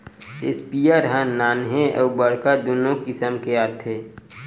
sprayer ह नान्हे अउ बड़का दुनो किसम के आथे